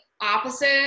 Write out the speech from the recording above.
opposite